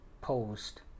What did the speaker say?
Post